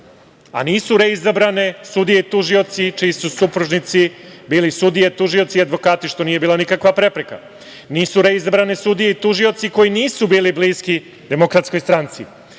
a nisu reizabrane sudije i tužioci čiji su supružnici bili sudije, tužioci i advokati, što nije bila nikakva prepreka. Nisu reizabrane sudije i tužioci koji nisu bili bliski DS. Nisu reizabrane